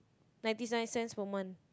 ninety nine cents per month